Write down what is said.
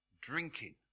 drinking